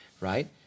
right